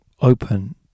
open